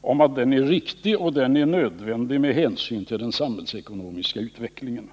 om att den är riktig och nödvändig med hänsyn till den samhällsekonomiska utvecklingen.